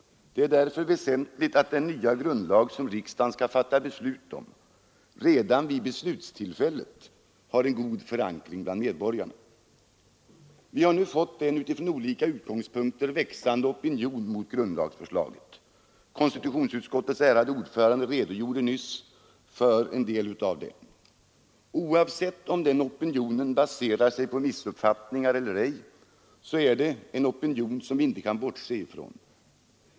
Det är därför väsentligt att den nya grundlag som riksdagen skall fatta beslut om redan vid beslutstillfället har en god förankring bland medborgarna. Vi har nu fått en utifrån olika utgångspunkter växande opinion mot grundlagsförslaget. Konstitutionsutskottets ärade ordförande redogjorde nyss för en del av den. Oavsett om den opinionen baserar sig på missuppfattningar eller ej, så är det en opinion som vi inte kan bortse från.